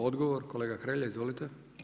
Odgovor, kolega Hrelja, izvolite.